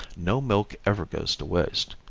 no milk ever goes to waste.